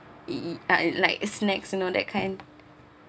it and like snacks you know that kind